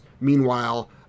Meanwhile